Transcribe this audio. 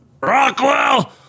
Rockwell